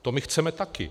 To my chceme taky.